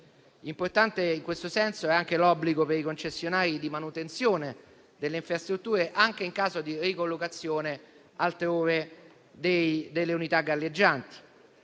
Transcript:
Importante in questo senso è anche l'obbligo per i concessionari di manutenzione delle infrastrutture, anche in caso di ricollocazione delle unità galleggianti.